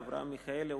אברהם מיכאלי,